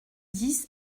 dix